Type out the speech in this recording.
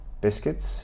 biscuits